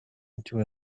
into